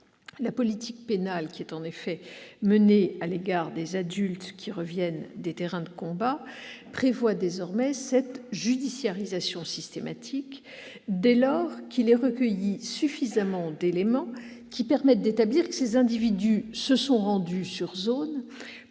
la politique pénale menée à l'égard des adultes qui reviennent des terrains de combat prévoit désormais une telle judiciarisation systématique dès lors qu'ont été recueillis suffisamment d'éléments permettant d'établir que ces individus se sont rendus sur zone